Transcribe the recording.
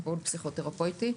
טיפול פסיכותרפויטי,